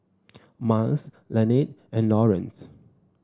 Myles Lanette and Lawrence